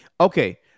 Okay